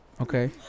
Okay